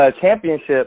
championship